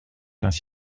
ainsi